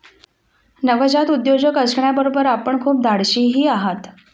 नवजात उद्योजक असण्याबरोबर आपण खूप धाडशीही आहात